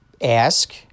ask